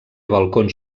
balcons